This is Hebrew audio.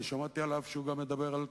אני שמעתי עליו שהוא גם מדבר על,